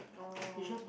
oh